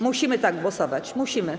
Musimy tak głosować, musimy.